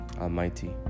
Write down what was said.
Almighty